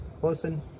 person